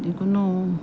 যিকোনো